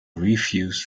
reviews